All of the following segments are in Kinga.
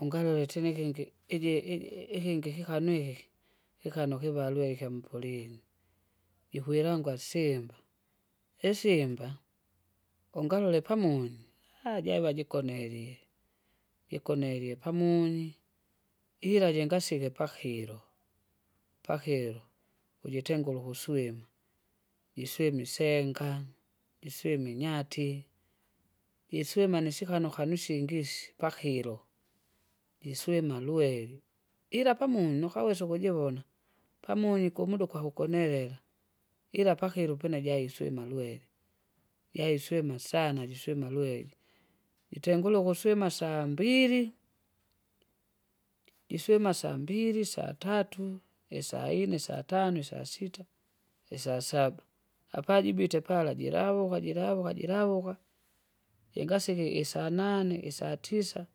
Ungalole tena ikingi iji- iji- ikingi kikanwike, kikanwa kivalwire ikyampuling'u, jikwilangwa simba, isimba, ungalole pamunyu haa! java jikonelile, jikonelile pamunyi, ila jingasike pahilo. Pahilo, ujitengule ukuswima; jiswime isenaga, jiswime inyati, jiswime nisihanu hanusingisi pakilo, jiswima lweri. Ila pamunu nukawsa ukujivona, pamunyu kumuda kwakukonelela, ila pakilo pene jaiswima lwere, jaiswima sana jiswima lwere. Jitengule ukuswima; sambili, jiswima sambili, satatu, isainne, satano, isasita, isasaba. Apajibwite para jiravuka jiravuka jiravuka, jingasike isanane, isatisa,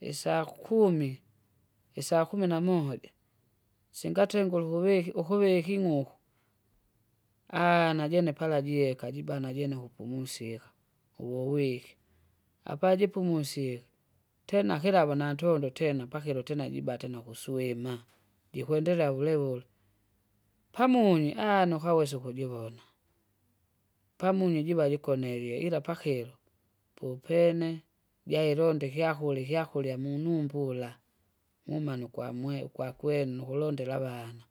isakumi, isakumi na moja, singatenule ukuviki ukuviki ing'uku, aah! najene para jiheka jibana jene ukupumusika, uvowiki. Apajipumusike tena kilavo natondo tena pakilo tena jibate nukuswima, jikwendelea vulevule, pamunyi aaha! nukawesa ukujivona, pamunyi jiva jikonelie ila pakilo, popene, jailonda ikyakula ikyakulya munumbula, mumane ukwamwe ukwakwenu nukulondela avana.